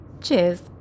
Cheers